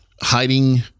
hiding